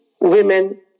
women